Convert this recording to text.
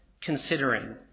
considering